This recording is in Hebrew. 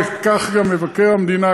וכך גם מבקר המדינה,